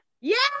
Yes